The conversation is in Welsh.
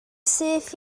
syth